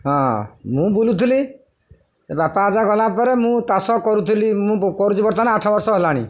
ହଁ ମୁଁ ବୁଲୁଥିଲି ଏ ବାପା ଆଜା ଗଲାପରେ ମୁଁ ତାଷ କରୁଥିଲି ମୁଁ କରୁଚି ବର୍ତ୍ତମାନ ଆଠ ବର୍ଷ ହେଲାଣି